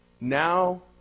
Now